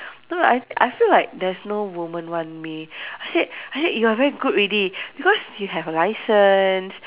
no lah I I feel like there's no woman want me I said I said you are very good already because you have a licence